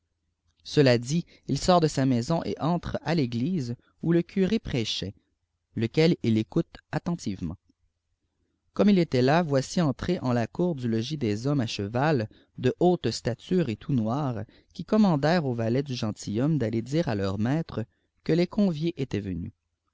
cela dit il sort de sa maison et entre à féghse où le curé prêchait lequel il écoute attentivement comnie il était là voici entrer en la cour du logis des hommes à cheval de haute stature et tout noirs i commandèrent aux valets du gentilhomme d'aller dire à leur maître que les conviés étaient venus